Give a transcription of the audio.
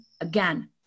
again